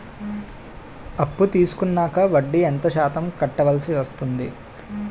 అప్పు తీసుకున్నాక వడ్డీ ఎంత శాతం కట్టవల్సి వస్తుంది?